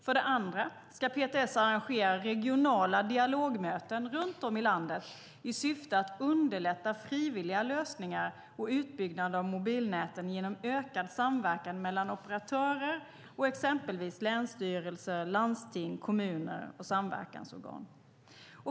För det andra ska PTS arrangera regionala dialogmöten runt om i landet i syfte att underlätta frivilliga lösningar och utbyggnad av mobilnäten genom ökad samverkan mellan operatörer och exempelvis länsstyrelser, landsting, kommuner och samverkansorgan.